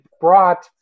brought